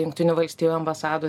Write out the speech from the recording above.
jungtinių valstijų ambasadų ne